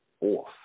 off